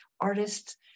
artists